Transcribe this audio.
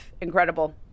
incredible